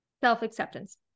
Self-acceptance